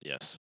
Yes